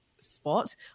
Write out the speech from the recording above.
spot